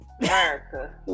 America